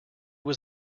was